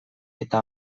eta